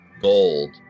gold